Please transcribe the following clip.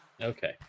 Okay